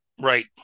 Right